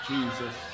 Jesus